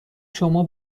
شما